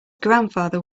grandfather